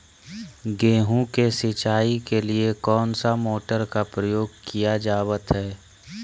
गेहूं के सिंचाई के लिए कौन सा मोटर का प्रयोग किया जावत है?